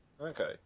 Okay